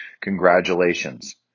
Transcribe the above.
Congratulations